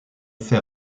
fait